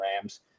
Rams